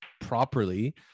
properly